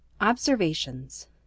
Observations